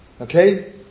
Okay